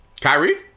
Kyrie